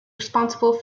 responsible